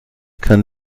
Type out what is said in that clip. kann